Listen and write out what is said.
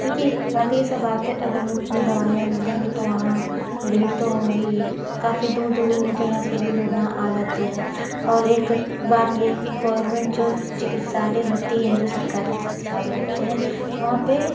क्योंकि बाकी सब आते हैं अगर मुफ़्त में दवाईयाँ मिलेंगी तो वहाँ भीड़ तो होगी ही काफ़ी दूर दूर जगह से भी लोग वहाँ आ जाते हैं और एक बात ये है कि गोवरमेंट जो चिकित्सालय होती हैं जो सरकारी चिकित्सालय होते हैं वहाँ पे